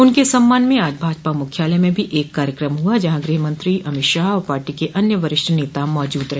उनके सम्मान में आज भाजपा मुख्यालय में भी एक कार्यक्रम हुआ जहां गृहमत्री अमित शाह और पार्टी क अन्य वरिष्ठ नेता मौजूद रहे